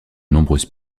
nombreuses